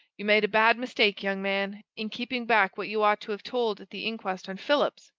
you made a bad mistake, young man, in keeping back what you ought to have told at the inquest on phillips!